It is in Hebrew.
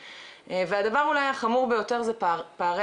בגלל שהוא זה שיוזם